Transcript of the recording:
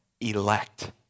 elect